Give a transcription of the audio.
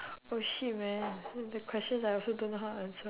oh shit man the questions I also don't know how answer